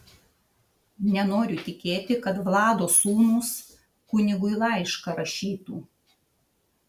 nenoriu tikėti kad vlado sūnūs kunigui laišką rašytų